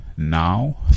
now